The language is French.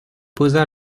posa